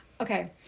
Okay